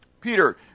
Peter